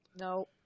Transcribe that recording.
No